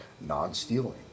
non-stealing